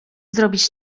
zrobić